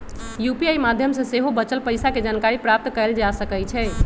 UPI माध्यम से सेहो बचल पइसा के जानकारी प्राप्त कएल जा सकैछइ